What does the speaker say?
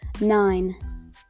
Nine